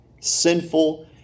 sinful